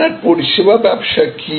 আপনার পরিষেবা ব্যবসা কি